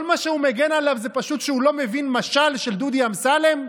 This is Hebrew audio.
כל מה שהוא מגן עליו זה כי הוא לא מבין משל של דודי אמסלם?